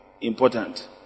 important